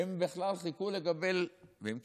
הם בכלל חיכו לקבל, והם קיבלו,